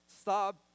Stop